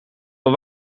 een